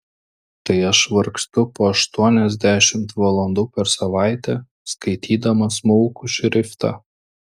tai aš vargstu po aštuoniasdešimt valandų per savaitę skaitydama smulkų šriftą